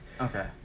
Okay